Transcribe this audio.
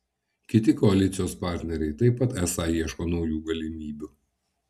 kiti koalicijos partneriai taip pat esą ieško naujų galimybių